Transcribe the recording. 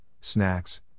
snacks